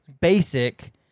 basic